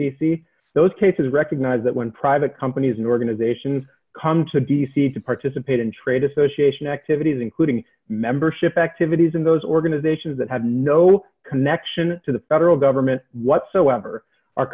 c those cases recognize that when private companies and organizations come to d c to participate in trade association activities including membership activities in those organizations that have no connection to the federal government whatsoever are